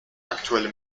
aktuelle